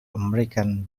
american